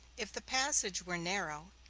if the passage were narrow,